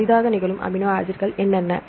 அரிதாக நிகழும் அமினோ ஆசிட்கள் என்னென்ன